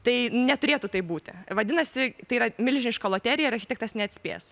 tai neturėtų taip būti vadinasi tai yra milžiniška loterija ir architektas neatspės